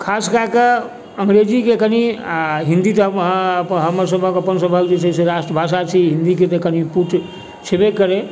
खास कएके अंग्रेजीके कनि आओर हिन्दी तऽ हमर सभक अपन सभक जे छै से राष्ट्रभाषा छी हिन्दीके तऽ कनि पुट छेबे करय